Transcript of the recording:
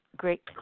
great